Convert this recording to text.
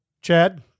Chad